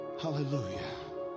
hallelujah